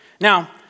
Now